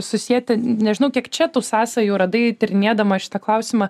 susieti nežinau kiek čia tų sąsajų radai tyrinėdama šitą klausimą